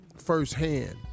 firsthand